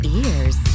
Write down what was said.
ears